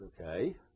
okay